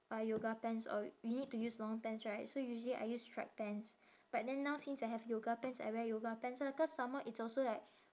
uh yoga pants or you need to use long pants right so usually I use striped pants but then now since I have yoga pants I wear yoga pants ah cause some more it's also like